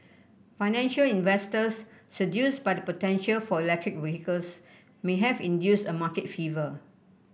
financial investors seduced by the potential for electric vehicles may have induced a market fever